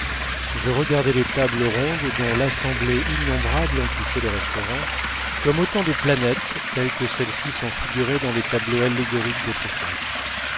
je regardais les tables rondes dont l'assemblée innombrable emplissait le restaurant comme autant de planètes telles que celles-ci sont figurées dans les tableaux allégoriques d'autrefois